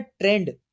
trend